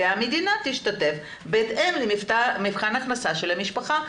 והמדינה תשתתף בהתאם למבחן הכנסה של המשפחה.